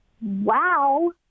Wow